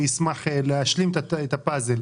אני אשמח להשלים את הפאזל.